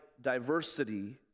diversity